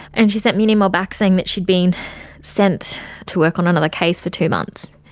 and she sent me an email back saying that she'd been sent to work on another case for two months,